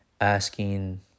asking